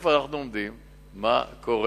איפה אנחנו עומדים, ומה קורה,